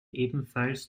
ebenfalls